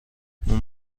اون